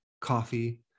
coffee